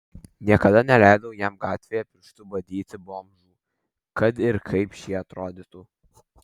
niekada neleidau jam gatvėje pirštu badyti bomžų kad ir kaip šie atrodytų